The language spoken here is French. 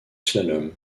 slalom